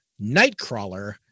Nightcrawler